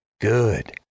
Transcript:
Good